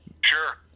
sure